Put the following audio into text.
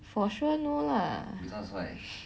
for sure no lah